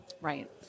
Right